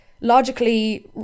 logically